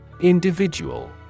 Individual